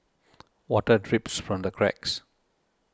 water drips from the cracks